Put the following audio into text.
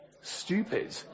Stupid